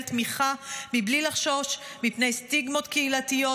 תמיכה מבלי לחשוש מפני סטיגמות קהילתיות,